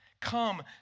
come